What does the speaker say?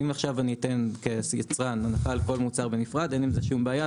אם עכשיו אני אתן כיצרן הנחה על כל מוצר בנפרד אין עם זה שום בעיה,